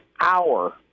hour